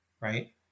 right